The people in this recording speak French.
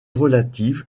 relative